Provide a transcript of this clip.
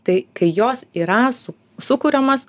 tai kai jos yra su sukuriamas